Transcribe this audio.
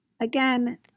Again